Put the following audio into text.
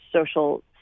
social